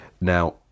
Now